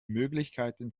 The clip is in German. möglichkeiten